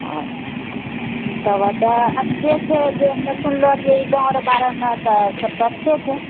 हँ तब तऽ अच्छे छै जे हम सुनले रहिऐ ई गाँव रऽ बारेमे तऽ सब तऽ अच्छे छै